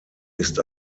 ist